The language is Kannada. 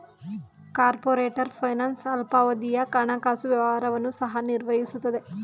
ಕಾರ್ಪೊರೇಟರ್ ಫೈನಾನ್ಸ್ ಅಲ್ಪಾವಧಿಯ ಹಣಕಾಸು ವ್ಯವಹಾರವನ್ನು ಸಹ ನಿರ್ವಹಿಸುತ್ತದೆ